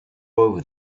over